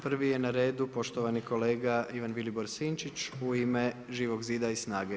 Prvi je na redu poštovani kolega Ivan Vilibor Sinčić u ime Živog zida i SNAGA-e.